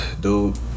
Dude